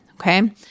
okay